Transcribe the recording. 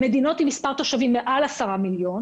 במדינות עם מספר תושבים מעל עשרה מיליון